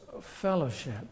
fellowship